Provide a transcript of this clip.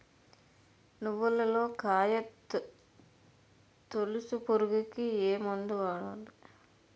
నువ్వులలో కాయ తోలుచు పురుగుకి ఏ మందు వాడాలి?